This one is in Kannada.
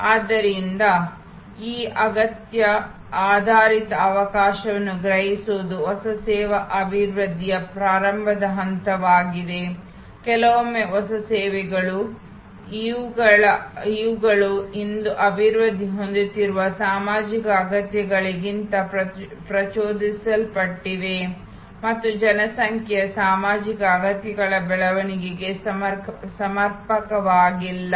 ಆದ್ದರಿಂದ ಈ ಅಗತ್ಯ ಆಧಾರಿತ ಅವಕಾಶವನ್ನು ಗ್ರಹಿಸುವುದು ಹೊಸ ಸೇವಾ ಅಭಿವೃದ್ಧಿಯ ಪ್ರಾರಂಭದ ಹಂತವಾಗಿದೆ ಕೆಲವೊಮ್ಮೆ ಹೊಸ ಸೇವೆಗಳು ಇವುಗಳು ಇಂದು ಅಭಿವೃದ್ಧಿ ಹೊಂದುತ್ತಿರುವ ಸಾಮಾಜಿಕ ಅಗತ್ಯತೆಗಳಿಂದ ಪ್ರಚೋದಿಸಲ್ಪಟ್ಟಿವೆ ಮತ್ತು ಜನಸಂಖ್ಯೆಯ ಸಾಮಾಜಿಕ ಅಗತ್ಯಗಳ ಬೆಳವಣಿಗೆಗೆ ಸಮರ್ಪಕವಾಗಿಲ್ಲ